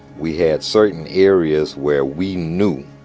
we had certain areas where we knew